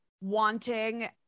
wanting